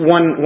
One